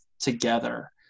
together